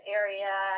area